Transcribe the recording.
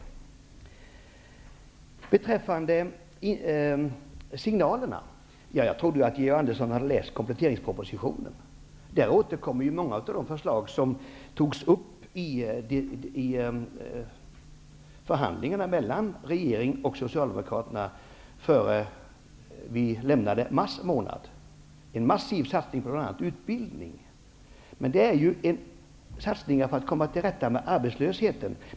Vidare har vi frågan om signalerna. Jag trodde att Georg Andersson hade läst kompletteringspropositionen. Där återkommer många av de förslag som togs upp i förhandlingarna mellan regeringen och Socialdemokraterna tidigare i vår, bl.a. i mars månad. Det gäller bl.a. en massiv satsning på utbildning. Det är fråga om satsningar för att komma till rätta med arbetslösheten.